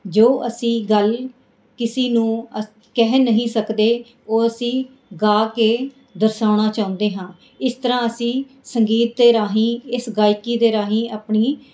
ਜੋ ਅਸੀਂ ਗੱਲ ਕਿਸੀ ਨੂੰ ਅਸ ਕਹਿ ਨਹੀਂ ਸਕਦੇ ਉਹ ਅਸੀਂ ਗਾ ਕੇ ਦਰਸਾਉਣਾ ਚਾਹੁੰਦੇ ਹਾਂ ਇਸ ਤਰ੍ਹਾਂ ਅਸੀਂ ਸੰਗੀਤ ਦੇ ਰਾਹੀਂ ਇਸ ਗਾਇਕੀ ਦੇ ਰਾਹੀਂ ਆਪਣੀ